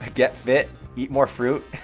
get fit, eat more fruit,